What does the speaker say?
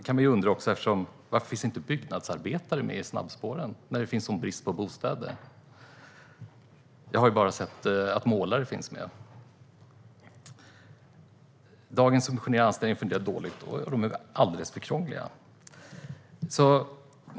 Man kan också undra varför byggnadsarbetare inte finns med i snabbspåren när det råder sådan brist på bostäder. Jag har bara sett att målare finns med. Dagens subventionerade anställningar fungerar dåligt och är alldeles för krångliga.